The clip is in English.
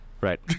Right